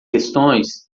questões